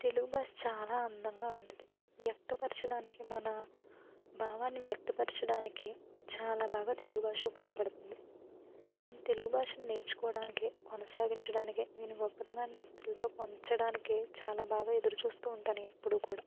తెలుగు భాష చాలా అందంగా ఉంటుంది వ్యక్తపరచడానికి మన భావాన్ని వ్యక్తపరచడానికి చాలా బాగా తెలుగు భాష ఉపయోగపడుతుంది నేన్ తెలుగు భాషను నేర్చుకోవడానికే కొనసాగించడానికే దీని గొప్పతనాన్ని ఇతరులతో పంచడానికే చాలా బాగా ఎదురు చూస్తూ ఉంటాను ఎప్పుడూ కూడా